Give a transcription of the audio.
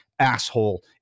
asshole